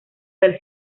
del